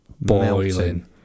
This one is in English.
Boiling